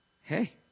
hey